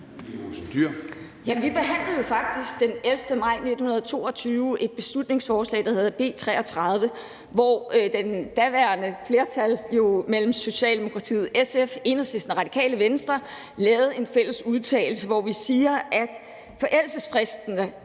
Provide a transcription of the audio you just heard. Vi behandlede jo faktisk den 11. maj 2022 et beslutningsforslag, der hedder B 33, hvor det daværende flertal mellem Socialdemokratiet, SF, Enhedslisten og Radikale Venstre lavede en fælles udtalelse, hvor vi siger, at forældelsesfristerne